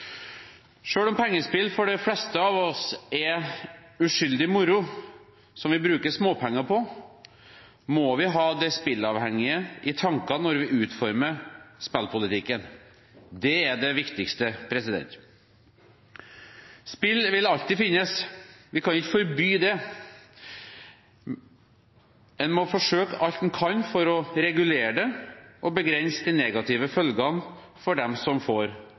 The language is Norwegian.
om pengespill for de fleste av oss er uskyldig moro, som vi bruker småpenger på, må vi ha de spilleavhengige i tankene når vi utformer spillpolitikken. Det er det viktigste. Spill vil alltid finnes, vi kan ikke forby det. En må forsøke alt en kan å regulere det og begrense de negative følgene for dem som får